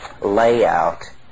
layout